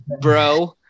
bro